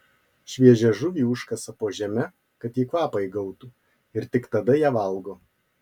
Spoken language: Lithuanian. šviežią žuvį užkasa po žeme kad ji kvapą įgautų ir tik tada ją valgo